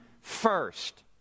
first